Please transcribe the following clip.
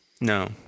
No